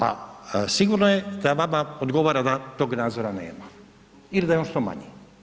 A sigurno je da vama odgovara da tog nadzora nema ili da je on što manji.